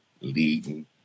leading